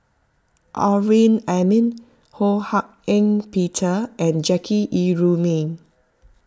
Amrin Amin Ho Hak Ean Peter and Jackie Yi Ru Ming